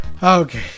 okay